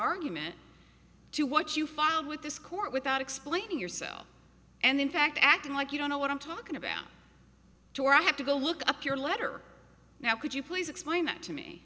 argument to what you found with this court without explaining yourself and in fact acting like you don't know what i'm talking about to where i have to go look up your letter now could you please explain that to me